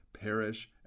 perish